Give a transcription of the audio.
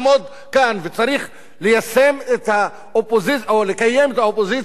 וצריך ליישם או לקיים את האופוזיציה החברתית